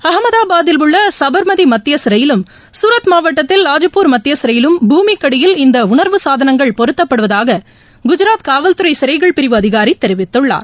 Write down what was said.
அகமதாபாதில் உள்ள சபா்மதி மத்திய சிறையிலும் சூரத் மாவட்டத்தில் வாஜபூர் மத்திய சிறையிலும் பூமிக்கடியில் இந்த உணர்வு சாதனங்கள் பொருத்தப்படுவதாக குஜராத் காவல்துறை சிறைகள் பிரிவு அதிகாரி தெரிவித்துள்ளார்